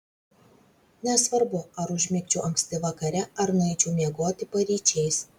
nesvarbu ar užmigčiau anksti vakare ar nueičiau miegoti paryčiais